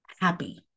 happy